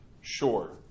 Sure